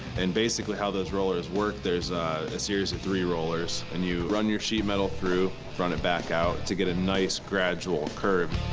and, basically, how those rollers work, there's a series of three rollers. and you run your sheet metal through, run it back out to get a nice gradual curve.